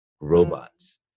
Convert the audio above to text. robots